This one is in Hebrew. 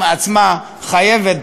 עם עצמה, חייבת,